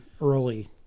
Early